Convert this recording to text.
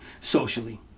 socially